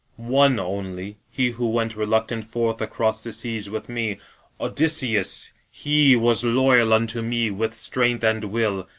one only he who went reluctant forth across the seas with me odysseus he was loyal unto me with strength and will,